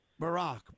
Barack